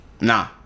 Nah